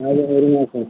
അതെ ഒരു മാസം